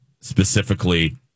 specifically